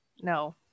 No